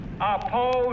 oppose